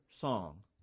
song